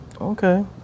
okay